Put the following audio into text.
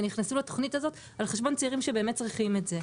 שנכנסו לתוכנית הזו על חשבון צעירים שבאמת צריכים את זה.